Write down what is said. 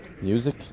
music